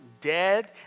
dead